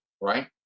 right